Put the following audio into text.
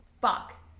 fuck